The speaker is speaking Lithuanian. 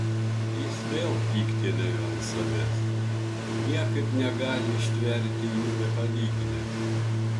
jis vėl pyktelėjo ant savęs niekaip negali ištverti jų nepalyginęs